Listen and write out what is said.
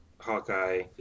Hawkeye